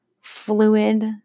fluid